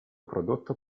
prodotto